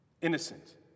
innocent